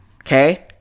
okay